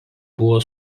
buvo